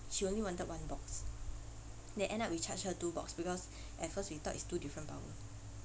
she only wanted one box then end up we charge her two box because at first we thought it's two different power